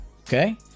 Okay